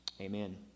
amen